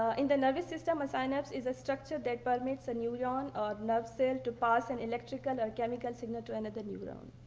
ah in the nervous system, a synapse is a structure that permits a neuron or nerve cell to pass in electrical or chemical signal to and another neuron.